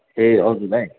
ए हजुर भाइ